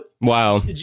wow